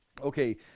Okay